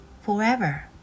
Forever